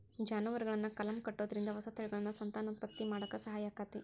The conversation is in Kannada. ಜಾನುವಾರುಗಳನ್ನ ಕಲಂ ಕಟ್ಟುದ್ರಿಂದ ಹೊಸ ತಳಿಗಳನ್ನ ಸಂತಾನೋತ್ಪತ್ತಿ ಮಾಡಾಕ ಸಹಾಯ ಆಕ್ಕೆತಿ